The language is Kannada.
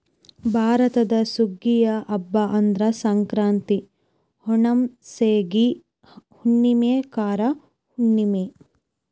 ಭಾರತದಲ್ಲಿ ಸುಗ್ಗಿಯ ಹಬ್ಬಾ ಅಂದ್ರ ಸಂಕ್ರಾಂತಿ, ಓಣಂ, ಸೇಗಿ ಹುಣ್ಣುಮೆ, ಕಾರ ಹುಣ್ಣುಮೆ